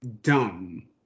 dumb